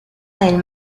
del